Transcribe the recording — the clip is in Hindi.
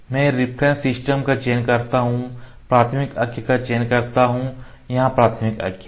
मैं रेफरेंस सिस्टम का चयन करता हूं प्राथमिक अक्ष का चयन करता हूं यहां प्राथमिक अक्ष है